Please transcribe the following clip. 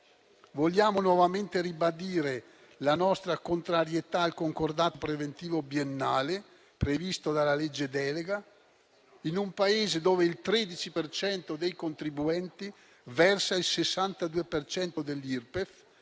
Vogliamo nuovamente ribadire la nostra contrarietà al concordato preventivo biennale previsto dalla legge delega in un Paese dove il 13 per cento dei contribuenti versa il 62 per